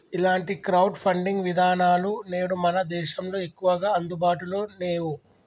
ఇలాంటి crowd funding విధానాలు నేడు మన దేశంలో ఎక్కువగా అందుబాటులో నేవు